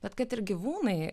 bet kad ir gyvūnai